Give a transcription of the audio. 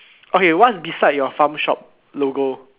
okay what's beside your farm shop logo